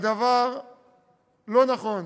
הדבר לא נכון.